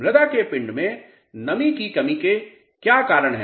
मृदा के पिंड में नमी की कमी के क्या कारण हैं